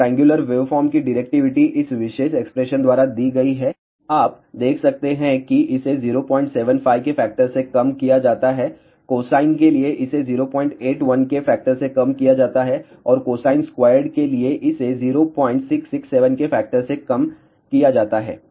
तो triangular waveform की directivity इस विशेष एक्सप्रेशन द्वारा दी गई है आप देख सकते हैं कि इसे 075 के फैक्टर से कम किया जाता है कोसाइन के लिए इसे 081 के फैक्टर से कम किया जाता है और कोसाइन स्क्वायर्ड के लिए इसे 0667 के फैक्टर से कम किया जाता है